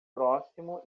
próximo